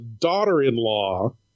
daughter-in-law